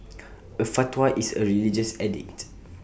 A fatwa is A religious edict